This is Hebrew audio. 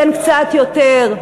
ייתן קצת יותר,